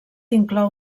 inclou